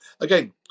again